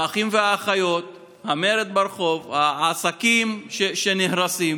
האחים והאחיות, המרד ברחוב, העסקים שנהרסים.